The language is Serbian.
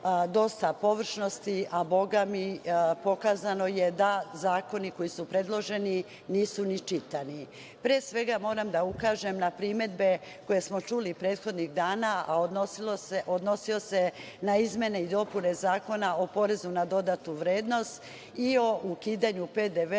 dosta površnosti, a pokazano je da zakoni koji su predloženi nisu ni čitani. Pre svega, moram da ukažem na primedbe koje smo čuli prethodnih dana, a odnosio se na izmene i dopune Zakona o porezu za dodatu vrednost i o ukidanju PDV-a